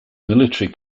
military